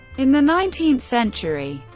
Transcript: in the nineteenth century,